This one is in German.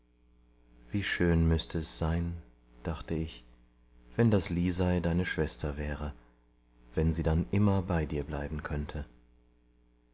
wie schön müßte es sein dachte ich wenn das lisei deine schwester wäre wenn sie dann immer bei dir bleiben könnte